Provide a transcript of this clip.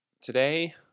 today